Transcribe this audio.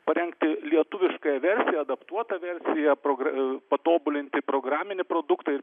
parengti lietuviškąją versiją adaptuotą versiją prog patobulinti programinį produktą ir